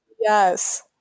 yes